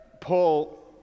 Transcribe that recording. Paul